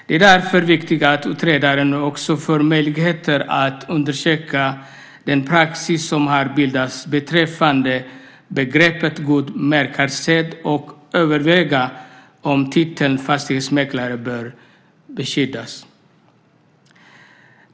Det är därför viktigt att utredaren också får möjligheter att undersöka den praxis som har bildats beträffande begreppet god mäklarsed och överväga om titeln fastighetsmäklare bör skyddas.